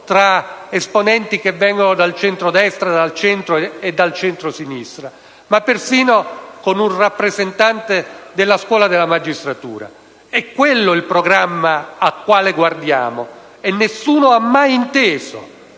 tra esponenti provenienti dal centrodestra, dal centro e dal centrosinistra, ma persino con un rappresentante della scuola della magistratura. È quello il programma al quale guardiamo e nessuno ha mai inteso